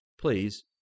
please